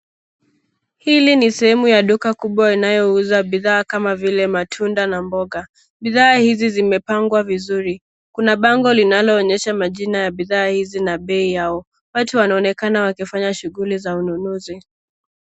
Hili ni sehemu ya duka kubwa inayouza bidhaa kama vile matunda na mboga. Bidhaa hizi zimepangwa vizuri. Kuna bango linaloonyesha majina ya bidhaa hizi na bei yao. Watu wanaonekana wakifanya shughuli za ununuzi.